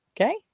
Okay